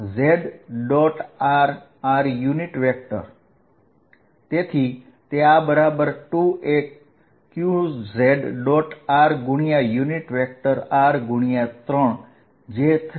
r r 3 થશે જે 3 r ના બરાબર થશે